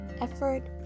effort